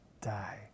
die